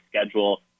schedule